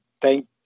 thank